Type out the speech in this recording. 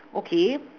okay